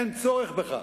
אין צורך בכך.